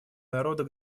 народа